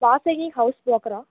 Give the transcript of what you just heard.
Vasuki house ப்ரோக்கரா